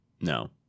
No